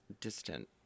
distant